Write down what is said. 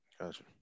Gotcha